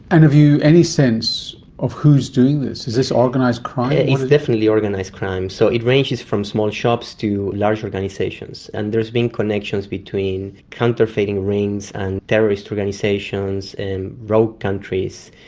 and have you any sense of who is doing this? is this organised crime? it is definitely organised crime. so it ranges from small shops to large organisations, and there has been connections between counterfeiting rings and terrorist organisations and rogue countries.